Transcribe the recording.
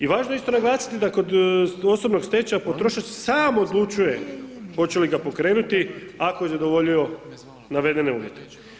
I važno je isto naglasiti da kod osobnog stečaja potrošač sam odlučuje hoće li ga pokrenuti ako je zadovoljio navedene uvjete.